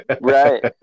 Right